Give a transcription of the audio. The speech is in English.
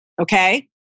okay